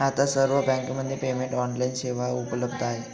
आता सर्व बँकांमध्ये पेमेंट ऑनलाइन सेवा उपलब्ध आहे